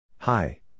Hi